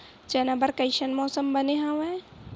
चना बर कइसन मौसम बने हवय?